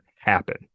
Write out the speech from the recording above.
happen